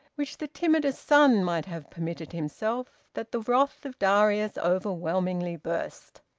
which the timidest son might have permitted himself, that the wrath of darius overwhelmingly burst.